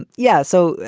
yeah. so,